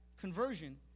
conversion